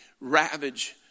ravage